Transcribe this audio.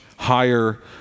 higher